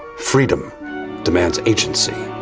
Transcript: freedom demands agency.